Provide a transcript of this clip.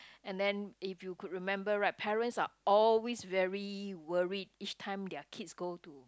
and then if you could remember right parents are always very worried each time their kids go to